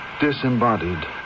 Disembodied